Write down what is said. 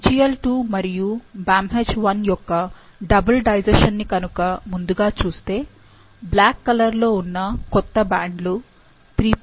మీరు BglII మరియు BamHI యొక్క డబుల్ డైజెషన్ ని కనుక ముందుగా చూస్తే బ్లాక్ కలర్ లో ఉన్న కొత్త బ్యాండ్లు 3